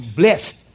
blessed